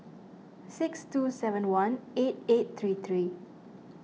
six two seven one eight eight three three